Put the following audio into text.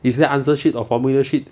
is the answer sheet or formula sheet